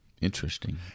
Interesting